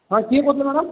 ହଁ କିଏ କହୁଥିଲେ ମ୍ୟାଡ଼ାମ୍